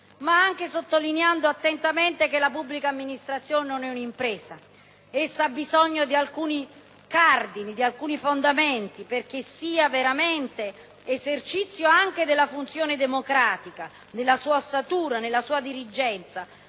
ma anche sottolineando attentamente che la pubblica amministrazione non è un'impresa. Essa ha bisogno di alcuni cardini, di alcuni fondamenti, perché sia veramente esercizio anche della funzione democratica nella sua ossatura e nella sua dirigenza,